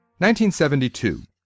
1972